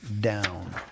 down